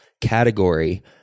category